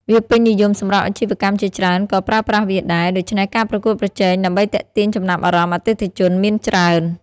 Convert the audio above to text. វាពេញនិយមសម្រាប់អាជីវកម្មជាច្រើនក៏ប្រើប្រាស់វាដែរ ដូច្នេះការប្រកួតប្រជែងដើម្បីទាក់ទាញចំណាប់អារម្មណ៍អតិថិជនមានច្រើន។